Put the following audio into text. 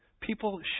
people